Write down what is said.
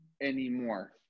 anymore